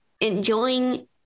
enjoying